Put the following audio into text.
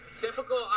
Typical